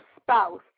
spouse